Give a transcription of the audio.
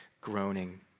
groaning